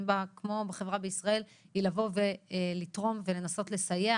בה כמו בחברה בישראל היא לתרום ולנסות לסייע.